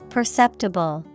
Perceptible